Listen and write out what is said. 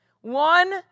One